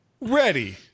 ready